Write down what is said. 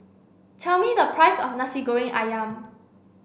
tell me the price of Nasi Goreng Ayam